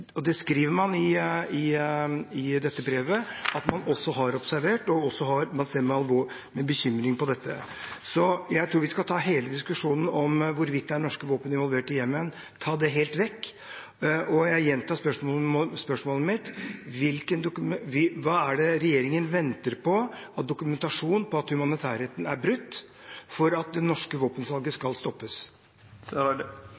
skriver man i dette brevet at man har observert og sett med bekymring på. Jeg tror vi skal ta hele diskusjonen om hvorvidt det er norske våpen involvert i Jemen, helt vekk. Jeg gjentar spørsmålet mitt: Hva er det regjeringen venter på av dokumentasjon av at humanitærretten er brutt, for at det norske våpensalget